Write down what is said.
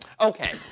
Okay